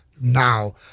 Now